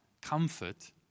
comfort